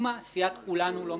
מיוצגת